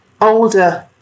older